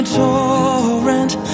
torrent